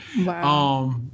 Wow